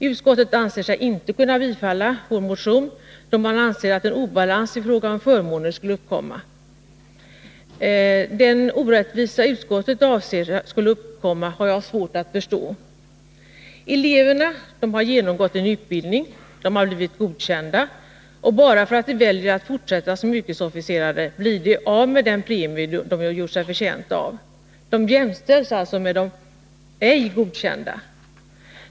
Utskottet anser sig inte kunna tillstyrka vår motion, då det anser att en obalans i fråga om förmåner skulle uppkomma. Vari den orättvisa som 105 utskottet anser skulle uppkomma ligger har jag svårt att förstå. Eleverna har genomgått en utbildning, de har blivit godkända, och bara därför att de väljer att fortsätta som yrkesofficerare blir de av med den premie de gjort sig förtjänta av. De jämställs alltså med de ej godkända.